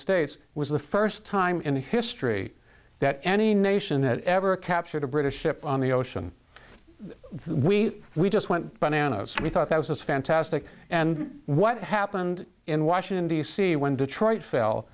states was the first time in history that any nation that ever captured a british ship on the ocean we we just went bananas we thought that was fantastic and what happened in washington d c when detroit f